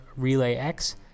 RelayX